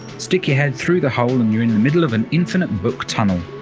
stick your head through the hole and you're in the middle of an infinite book tunnel.